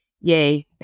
yay